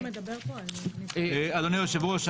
אדוני היושב-ראש,